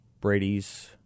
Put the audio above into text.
Brady's